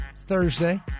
Thursday